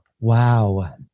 wow